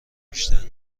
بیشتر